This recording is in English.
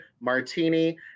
Martini